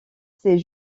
c’est